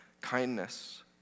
kindness